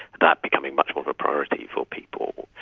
that become much more of a priority for people.